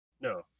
no